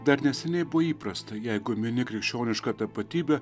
dar neseniai buvo įprasta jeigu mini krikščionišką tapatybę